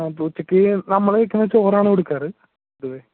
പൂച്ചക്ക് നമ്മൾ കഴിക്കുന്ന ചോറാണ് കൊടുക്കാറ് പൊതുവെ